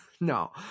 no